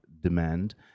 demand